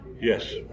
Yes